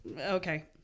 okay